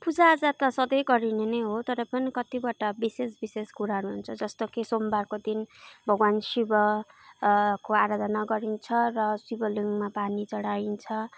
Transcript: पूजाआजा त सँधै गरिने नै हो तर पनि कतिवटा विशेष विशेष कुराहरू हुन्छ जस्तो कि सोमवारको दिन भगवान् शिवको आराधना गरिन्छ र शिवलिङ्गमा पानी चढाइन्छ